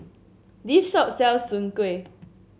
this shop sells Soon Kueh